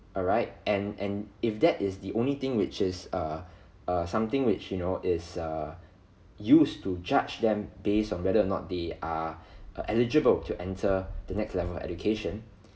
alright and and if that is the only thing which is err err something which you know is err use to judge them based on whether or not they are err eligible to enter the next level education